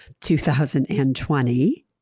2020